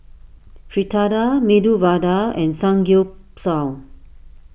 Fritada Medu Vada and Samgyeopsal